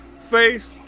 face